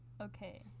Okay